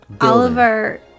Oliver